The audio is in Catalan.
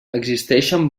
existeixen